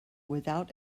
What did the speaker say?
without